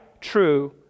true